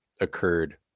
occurred